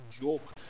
joke